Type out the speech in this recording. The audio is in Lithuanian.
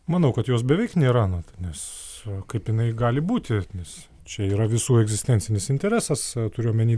manau kad jos beveik nėra nes kaip jinai gali būti nes čia yra visų egzistencinis interesas turiu omeny